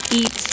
eat